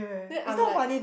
then I'm like